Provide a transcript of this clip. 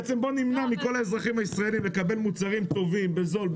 בעצם בוא נמנע מכל האזרחים הישראלים לקבל מוצרים טובים בזול,